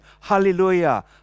Hallelujah